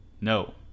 no